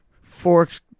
Forks